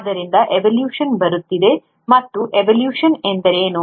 ಆದ್ದರಿಂದ ಎವೊಲ್ಯೂಶನ್ ಬರುತ್ತಿದೆ ಮತ್ತು ಎವೊಲ್ಯೂಶನ್ ಎಂದರೇನು